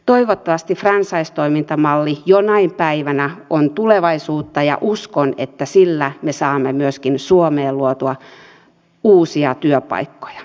toivottavasti franchisingtoimintamalli jonain päivänä on tulevaisuutta ja uskon että sillä me saamme myöskin suomeen luotua uusia työpaikkoja